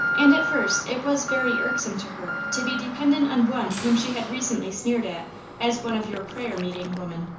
and at first it was very irksome to her to be de pendent on one whom she had recently sneered at as one of your prayer-meeting women.